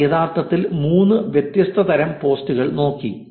അവർ യഥാർത്ഥത്തിൽ 3 വ്യത്യസ്ത തരം പോസ്റ്റുകൾ നോക്കി